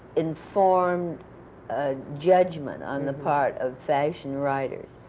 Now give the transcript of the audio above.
informed ah judgment on the part of fashion writers.